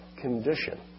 condition